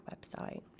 website